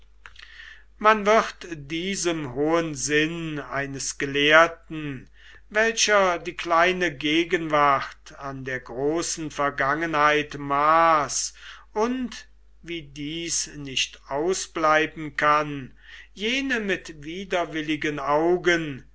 man wird diesem hohen sinn eines gelehrten welcher die kleine gegenwart an der großen vergangenheit maß und wie dies nicht ausbleiben kann jene mit widerwilligen augen